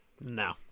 No